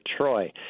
Troy